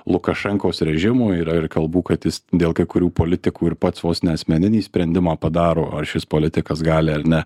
lukašenkos režimų yra ir kalbų kad jis dėl kai kurių politikų ir pats vos ne asmeninį sprendimą padaro ar šis politikas gali ar ne